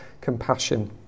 compassion